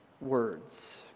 words